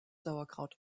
sauerkraut